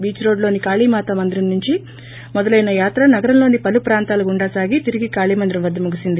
beach రోడ్లులోని కాళీ మాత మందిరం వద్గ మొదలైన యాత్ర నగరంలోని పలు ప్రాంతాల గుండా సాగి తిరిగి కాళీ మందిరం వద్ద ముగిసింది